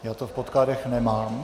Já to v podkladech nemám.